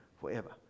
forever